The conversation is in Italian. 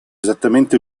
esattamente